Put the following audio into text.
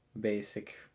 basic